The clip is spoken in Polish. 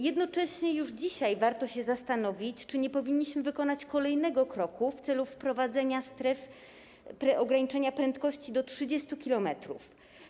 Jednocześnie już dzisiaj warto się zastanowić, czy nie powinniśmy wykonać kolejnego kroku w celu wprowadzenia stref ograniczenia prędkości do 30 km. Dwudziestu.